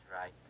right